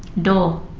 door.